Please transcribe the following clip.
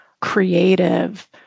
creative